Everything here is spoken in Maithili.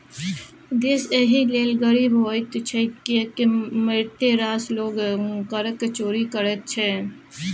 देश एहि लेल गरीब होइत छै किएक मारिते रास लोग करक चोरि करैत छै